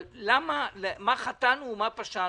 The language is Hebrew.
אבל מה חטאנו ומה פשענו?